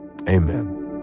amen